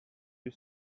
you